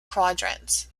quadrant